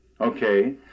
okay